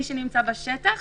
מי שנמצא בשטח,